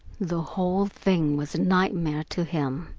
the whole thing was a nightmare to him.